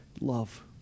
love